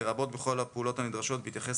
לרבות בכל הפעולות הנדרשות בהתייחס